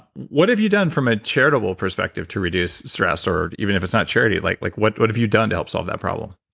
what have you done from a charitable perspective to reduce stress. or even if it's not charity, like like what what have you done to help solve that problem?